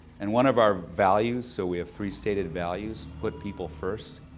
and one of our values, so we have three stated values, put people first.